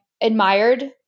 admired